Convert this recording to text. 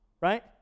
right